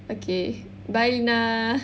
okay bye Lina see you